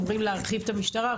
אומרים להרחיב את המשטרה.